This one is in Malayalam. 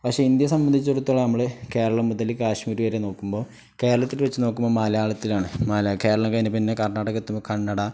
പക്ഷെ ഇന്ത്യയെ സംബന്ധിച്ചിടത്തോളം നമ്മൾ കേരളം മുതൽ കാശ്മീർ വരെ നോക്കുമ്പോൾ കേരളത്തിൽ വച്ചു നോക്കുമ്പോൾ മലയാളത്തിലാണ് കേരളം കഴിഞ്ഞു പിന്നെ കർണാടക എത്തുമ്പോൾ കന്നഡ